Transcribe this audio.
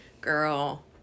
girl